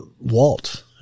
Walt